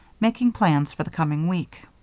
making plans for the coming week.